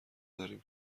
داریم